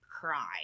cry